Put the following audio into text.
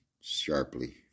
sharply